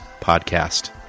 podcast